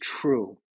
true